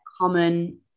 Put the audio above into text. common